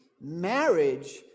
marriage